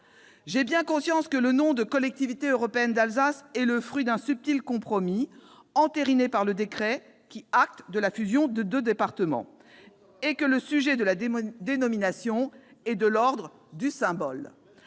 J'ai bien conscience que le nom « Collectivité européenne d'Alsace » est le fruit d'un subtil compromis, entériné par le décret qui prend acte de la fusion des deux départements et que le sujet de la dénomination est de l'ordre du symbole.